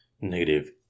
Negative